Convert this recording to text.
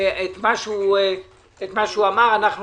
לוי ועל-ידי בצלאל סמוטריץ ועל-ידי רבים